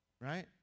right